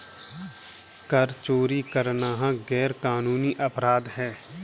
कर चोरी करना गैरकानूनी अपराध है